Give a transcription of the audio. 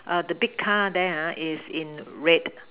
err the big car there ah is in red